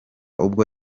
ubwo